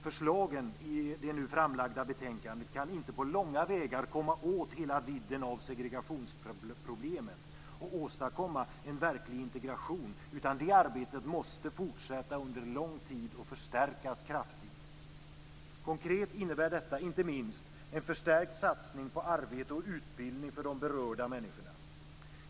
Förslagen i det nu framlagda betänkandet kan inte på långa vägar komma åt hela vidden av segregationsproblemen och åstadkomma en verklig integration, utan det arbetet måste fortsätta under lång tid och förstärkas kraftigt. Konkret innebär detta inte minst en förstärkt satsning på arbete och utbildning för de berörda människorna.